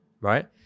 right